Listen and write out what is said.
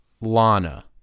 Lana